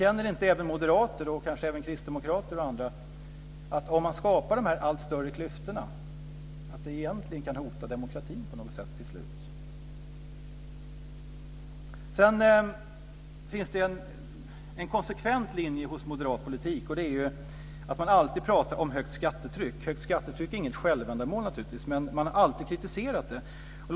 Känner inte även moderater, och kanske också kristdemokrater och andra, att om man skapar de här allt större klyftorna kan det på något sätt till slut egentligen hota demokratin? Sedan finns det en konsekvent linje i moderat politik, och det är att man alltid pratar om högt skattetryck. Högt skattetryck är naturligtvis inget självändamål, men man har alltid kritiserat det.